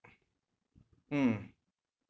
mm